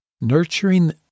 Nurturing